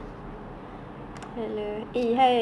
hello hello eh hi